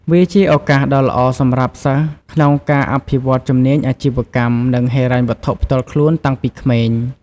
វាជាឱកាសដ៏ល្អសម្រាប់សិស្សក្នុងការអភិវឌ្ឍជំនាញអាជីវកម្ម និងហិរញ្ញវត្ថុផ្ទាល់ខ្លួនតាំងពីក្មេង។